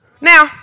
Now